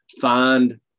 find